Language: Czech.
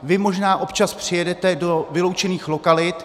Vy možná občas přijedete do vyloučených lokalit.